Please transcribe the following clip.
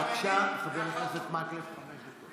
בבקשה, חבר הכנסת פרוש, חמש דקות.